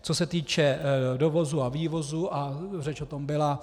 Co se týče dovozu a vývozu, řeč o tom byla.